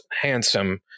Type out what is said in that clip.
handsome